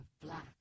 black